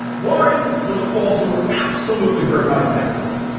warren was also absolutely hurt by sexism.